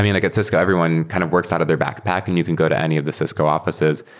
ah like at cisco, everyone kind of works out of their backpack and you can go to any of the cisco offices.